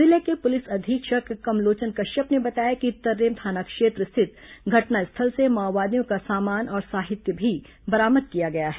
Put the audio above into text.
जिले के पुलिस अधीक्षक कमलोचन कश्यप ने बताया कि तर्रेम थाना क्षेत्र स्थित घटनास्थल से माओवादियों का सामान और साहित्य भी बरामद किया गया है